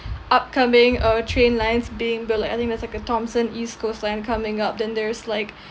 upcoming uh train lines being built I think there's like a thomson east coast line coming up then there is like